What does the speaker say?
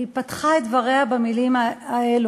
והיא פתחה את דבריה במילים האלה,